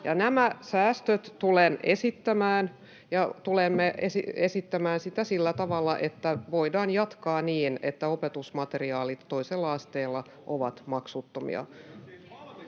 nämä säästöt tulen esittämään, ja tulemme esittämään sitä sillä tavalla, että voidaan jatkaa niin, että opetusmateriaalit toisella asteella ovat maksuttomia.